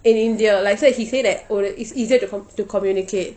in india like say he say that oh like it's easier to to communicate